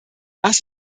das